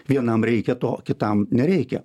vienam reikia to kitam nereikia